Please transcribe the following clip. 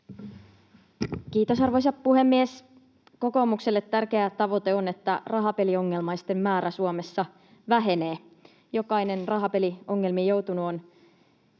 Kiitos, arvoisa puhemies! Kokoomukselle tärkeä tavoite on, että rahapeliongelmaisten määrä Suomessa vähenee. Jokainen rahapeliongelmiin joutunut on